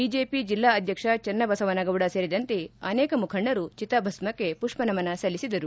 BJP ಜಿಲ್ಲಾ ಅಧ್ಯಕ್ಷ ಜೆನ್ನಬಸವನಗೌಡ ಸೇರಿದಂತೆ ಅನೇಕ ಮುಖಂಡರು ಚಿತಾಭಸ್ಮಕ್ಕೆ ಪುಷ್ಪ ನಮನ ಸಲ್ಲಿಸಿದರು